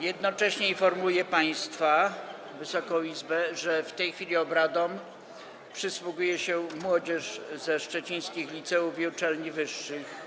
Jednocześnie informuję państwa, Wysoką Izbę, że w tej chwili obradom przysłuchuje się młodzież ze szczecińskich liceów i uczelni wyższych.